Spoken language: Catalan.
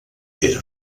era